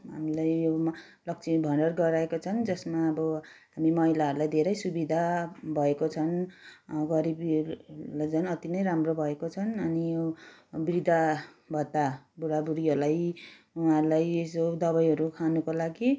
हामीलाई योमा लक्ष्मी भण्डार गराएका छन् जसमा अब हामी महिलाहरूलाई धेरै सुविधा भएको छन् गरिबीहरूलाई झन् अति नै राम्रो भएको छन् अनि वृद्धाभत्ता बुढाबुढीहरूलाई उहाँहरूलाई यसो दबाईहरू खानुको लागि